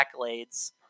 accolades